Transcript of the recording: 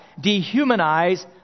dehumanize